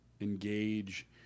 engage